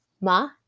ma